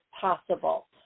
possible